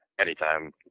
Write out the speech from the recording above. anytime